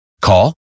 Call